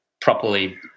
properly